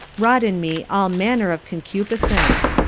wrought in me all manner of concupiscence.